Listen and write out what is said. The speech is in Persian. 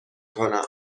کنم